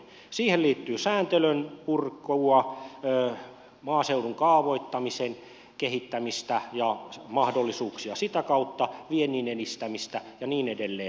siihen liittyy sääntelyn purkua maaseudun kaavoittamisen kehittämistä ja mahdollisuuksia sitä kautta viennin edistämistä ja niin edelleen